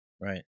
Right